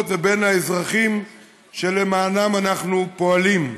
לבין האזרחים שלמענם אנחנו פועלים.